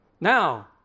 Now